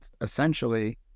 essentially